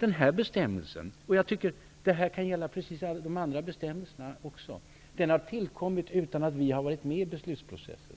Denna bestämmelse, vilken kan gälla även alla andra bestämmelser, har nämligen tillkommit utan att vi har varit med i beslutsprocessen.